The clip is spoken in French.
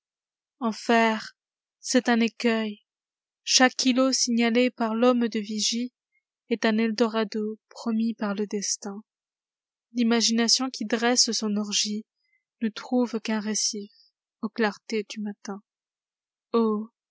enfer c est un écut'il chaque îlot signalé par l'homme de vigieest un eldorado promis par le destin l'imagination qui dresse son orgiene trouve qu'un récif aux clartés du matin